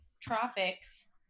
Tropics